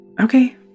Okay